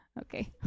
Okay